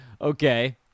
Okay